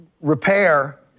Repair